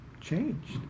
changed